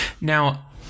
Now